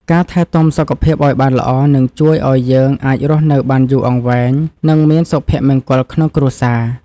ការថែទាំសុខភាពឱ្យបានល្អនឹងជួយឱ្យយើងអាចរស់នៅបានយូរអង្វែង និងមានសុភមង្គលក្នុងគ្រួសារ។